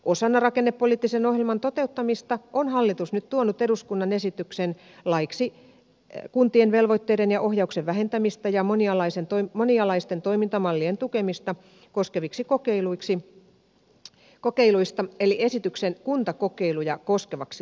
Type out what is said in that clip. osana rakennepoliittisen ohjelman toteuttamista on hallitus nyt tuonut eduskuntaan esityksen laiksi kuntien velvoitteiden ja ohjauksen vähentämistä ja monialaisten toimintamallien tukemista koskevista kokeiluista eli esityksen kuntakokeiluja koskevaksi laiksi